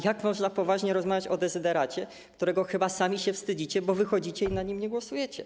Jak można poważnie rozmawiać o dezyderacie, którego chyba sami się wstydzicie, bo wychodzicie i nad nim nie głosujecie.